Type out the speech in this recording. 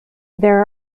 there